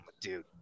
dude